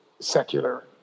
secular